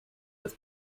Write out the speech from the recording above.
was